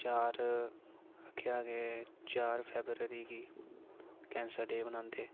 चार केह् आखगे चार फेबररी गी कैंसर डे बनांदे